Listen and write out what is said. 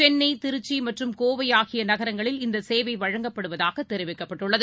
சென்னன திருச்சிமற்றும் கோவைஆகியநகரங்களில் இந்தசேவைவழங்கப்படுவதாகதெரிவிக்கப்பட்டுள்ளது